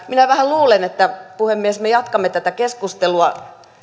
minä vähän luulen että puhemies me jatkamme tätä keskustelua